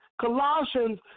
Colossians